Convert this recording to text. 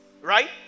Right